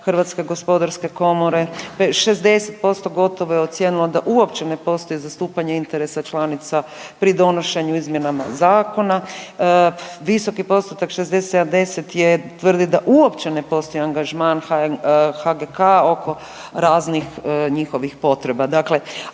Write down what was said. zadovoljno radom HGK, 60% gotovo je ocijenilo da uopće ne postoji zastupanje interesa članica pri donošenju izmjenama zakona, visoki postotak 60-70% je tvrdi da uopće ne postoji angažman HGK oko raznih njihovih potreba.